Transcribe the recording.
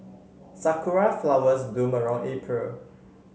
Sakura flowers bloom around April